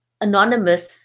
anonymous